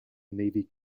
navy